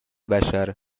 بشر